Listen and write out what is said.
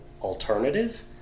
alternative